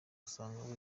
usanga